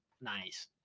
nice